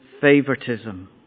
favoritism